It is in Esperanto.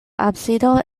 absido